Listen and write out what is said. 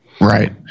Right